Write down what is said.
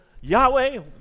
Yahweh